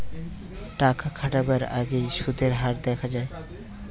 টাকা খাটাবার আগেই সুদের হার দেখা যায়